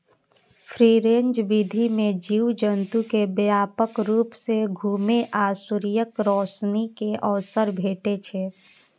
free range विधि मे जीव जंतु कें व्यापक रूप सं घुमै आ सूर्यक रोशनी के अवसर भेटै छै